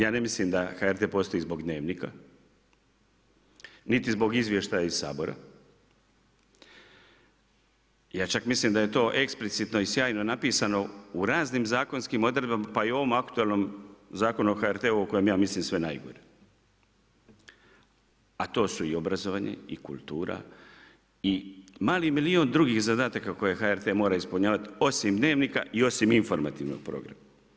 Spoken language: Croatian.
Ja ne mislim da HRT postoji zbog Dnevnika, niti zbog izvještaja iz Sabora, ja čak mislim da je to eksplicitno i sjajno napisano u raznim zakonskim odredbama pa i u ovom aktualnom Zakonu o HRT-u o kojem ja mislim sve najgore a to su i obrazovanje i kultura i mali milijun drugih zadataka koje HRT mora ispunjavati osim dnevnika i osim informativnog programa.